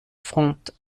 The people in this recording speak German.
front